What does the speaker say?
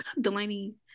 Delaney